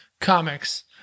comics